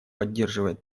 поддерживает